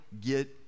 get